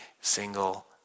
single